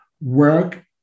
work